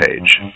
page